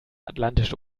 atlantische